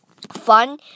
fun